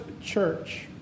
church